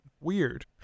Weird